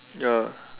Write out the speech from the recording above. ya